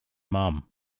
mum